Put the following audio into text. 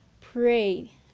pray